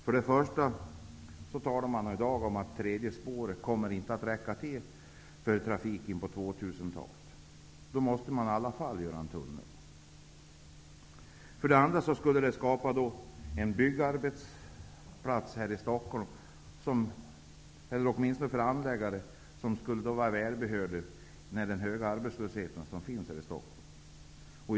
För det första talar man i dag om att tredje spåret inte kommer att räcka till för trafiken på 2000-talet. Då måste man i alla fall bygga en tunnel. För det andra skulle en byggarbetsplats för anläggare skapas här i Stockholm. Den skulle vara välbehövlig med tanke på den höga arbetslösheten här i Stockholm.